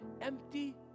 empty